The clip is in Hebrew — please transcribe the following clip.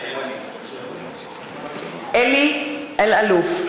מתחייב אני אלי אלאלוף,